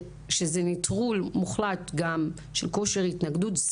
שזה נטרול מוחלט גם של כושר התנגדות,